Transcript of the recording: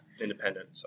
independent